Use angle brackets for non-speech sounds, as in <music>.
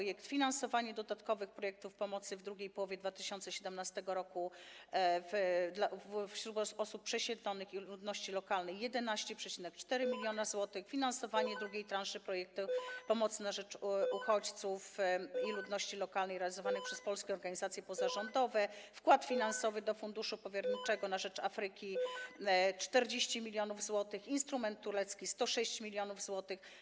Dalej: finansowanie dodatkowych projektów pomocy w II połowie 2017 r. wśród osób przesiedlonych i ludności lokalnej - 11,4 mln zł, finansowanie <noise> drugiej transzy projektu pomocy na rzecz uchodźców i ludności lokalnej, realizowanej przez polskie organizacje pozarządowe, wkład finansowy do funduszu powierniczego na rzecz Afryki - 40 mln zł, instrument turecki - 106 mln zł.